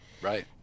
Right